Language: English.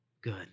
good